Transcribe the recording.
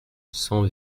cent